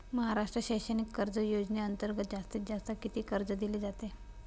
महाराष्ट्र शैक्षणिक कर्ज योजनेअंतर्गत जास्तीत जास्त किती कर्ज दिले जाते?